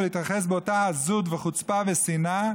או להתייחס באותה עזות וחוצפה ושנאה